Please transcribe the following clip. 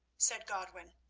said godwin.